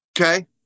Okay